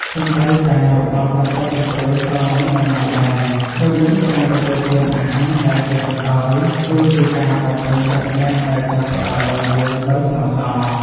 សូម្បីតែរបស់បន្តិចបន្តួចក៏មានតម្លៃដែរ ដូចនេះការទទួលទានអាហារដែលគេហុចឱ្យ គឺជាការបំពេញចិត្តអ្នកដែលចង់ផ្តល់ឱ្យយើងដោយស្មោះសរ។